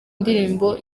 ndirimbo